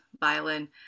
violin